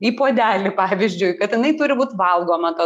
į puodelį pavyzdžiui kad jinai turi būt valgoma ta